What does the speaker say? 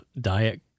Diet